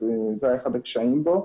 וזה היה אחד הקשיים בו.